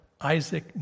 Isaac